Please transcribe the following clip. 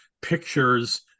pictures